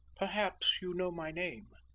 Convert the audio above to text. perhaps you know my name?